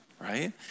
right